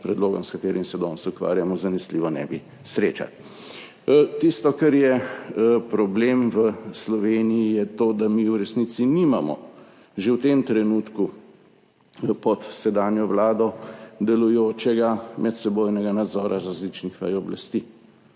predlogom, s katerim se danes ukvarjamo, zanesljivo ne bi srečali. Tisto, kar je problem v Sloveniji, je to, da mi v resnici nimamo že v tem trenutku, pod sedanjo vlado delujočega medsebojnega nadzora različnih vej oblasti.